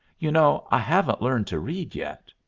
you know i haven't learned to read yet.